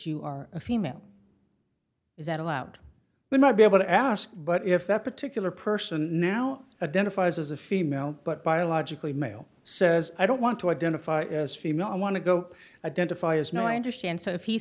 you are a female is that allowed we might be able to ask but if that particular person now adenoviruses a female but biologically male says i don't want to identify as female i want to go identify as no i understand so if he